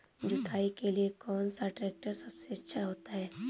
जुताई के लिए कौन सा ट्रैक्टर सबसे अच्छा होता है?